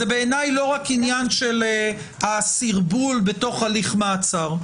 זה בעיניי לא רק עניין של הסרבול בהליך מעצר.